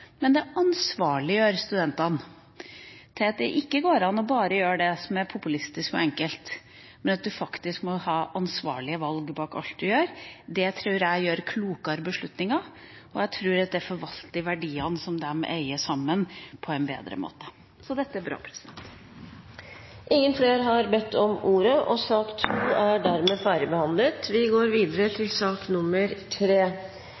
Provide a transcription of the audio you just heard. men det ansvarliggjør studentene på den måten at det ikke går an bare å gjøre det som er populistisk og enkelt, men at man faktisk må ha ansvarlige valg bak alt man gjør. Det tror jeg gir klokere beslutninger, og jeg tror at det forvalter verdiene som de eier sammen, på en bedre måte. Så dette er bra. Flere har ikke bedt om ordet til sak nr. 2. Etter ønske fra kirke-, utdannings- og forskningskomiteen vil presidenten foreslå at taletiden blir begrenset til